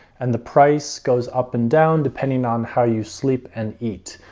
and the price goes up and down depending on how you sleep and eat.